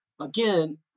again